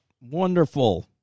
Wonderful